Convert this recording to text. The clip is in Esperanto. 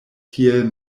tiel